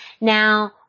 Now